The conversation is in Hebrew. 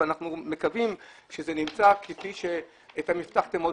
ואנחנו מקווים שזה נמצא כפי שהבטחתם עוד